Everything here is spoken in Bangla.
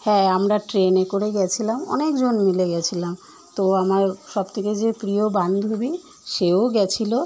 হ্যাঁ আমরা ট্রেনে করে গিয়েছিলাম অনেকজন মিলে গিয়েছিলাম তো আমার সব থেকে যে প্রিয় বান্ধবী সেও গিয়েছিলো